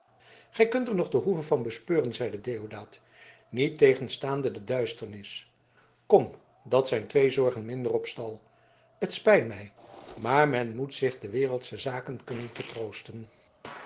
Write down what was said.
gij kunt er nog de hoeven van bespeuren zeide deodaat niettegenstaande de duisternis kom dat zijn twee zorgen minder op stal het spijt mij maar men moet zich de wereldsche zaken kunnen getroosten